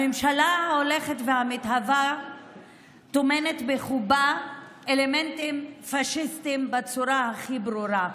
הממשלה ההולכת ומתהווה טומנת בחובה אלמנטים פשיסטיים בצורה הכי ברורה.